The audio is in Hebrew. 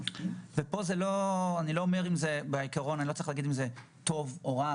אני לא אומר אם המצב הזה טוב או רע,